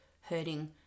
hurting